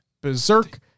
Berserk